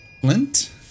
Flint